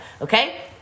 okay